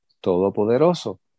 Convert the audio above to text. Todopoderoso